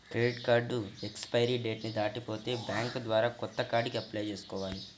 credit card expiry date ని దాటిపోతే bank ద్వారా కొత్త కార్డుకి అప్లై చేసుకోవాలి